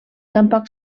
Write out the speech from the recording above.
tampoc